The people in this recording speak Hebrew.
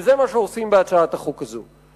וזה מה שעושים בהצעת החוק הזאת.